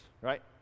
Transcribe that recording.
right